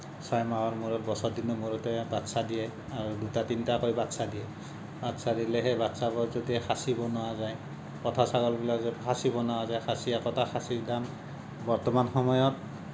ছয় মাহৰ মূৰত বছৰ দিনৰ মূৰতে বাচ্ছা দিয়ে আৰু দুটা তিনিটাকৈ বাচ্ছা দিয়ে বাচ্ছা দিলে সেই বাচ্ছাবোৰক যদি খাচী বনোৱা যায় পঠা ছাগল বিলাক যদি খাচী বনোৱা যায় একোটা খাচীৰ দাম বৰ্তমান সময়ত